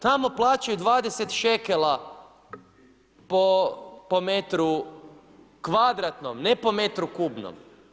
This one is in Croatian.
Tamo plaćaju 20 šekela po metru kvadratnom, ne po metru kubnom.